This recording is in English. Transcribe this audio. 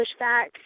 pushback